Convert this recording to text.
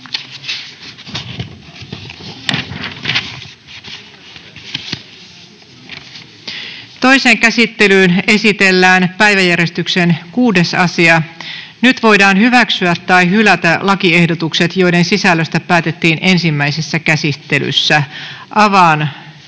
Toiseen käsittelyyn esitellään päiväjärjestyksen 6. asia. Nyt voidaan hyväksyä tai hylätä lakiehdotukset, joiden sisällöstä päätettiin ensimmäisessä käsittelyssä.